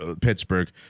Pittsburgh